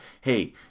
hey